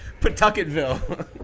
Pawtucketville